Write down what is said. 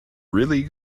really